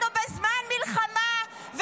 אנחנו בזמן מלחמה,